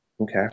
Okay